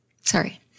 Sorry